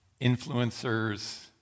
influencers